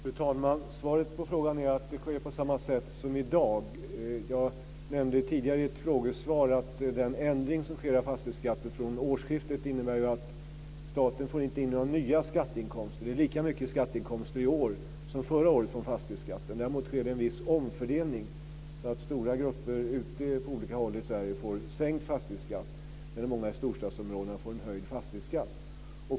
Fru talman! Svaret på frågan är att det sker på samma sätt som i dag. Jag nämnde tidigare i ett frågesvar att den ändring som sker av fastighetsskatten från årsskiftet inte innebär att staten får in några nya skatteinkomster. Det är lika mycket skatteinkomster från fastighetsskatten i år som förra året. Däremot sker det en viss omfördelning så att stora grupper på olika håll i Sverige får sänkt fastighetsskatt medan många i storstadsområdena får höjd fastighetsskatt.